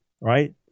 right